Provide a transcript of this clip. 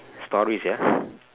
stories ya